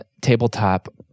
tabletop